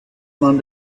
man